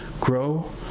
Grow